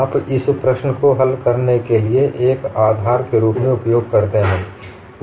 आप इस प्रश्न को हल करने के लिए एक आधार के रूप में उपयोग करते हैं